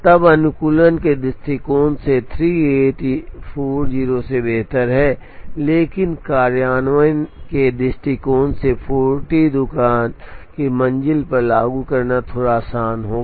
तब अनुकूलन के दृष्टिकोण से 38 40 से बेहतर है लेकिन कार्यान्वयन के दृष्टिकोण से 40 दुकान की मंजिल पर लागू करना थोड़ा आसान होगा